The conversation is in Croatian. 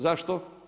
Zašto?